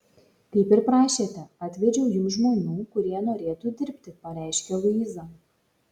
kaip ir prašėte atvedžiau jums žmonių kurie norėtų dirbti pareiškia luiza